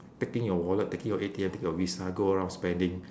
taking your wallet taking your A_T_M taking your visa go around spending